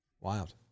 Wild